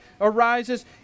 arises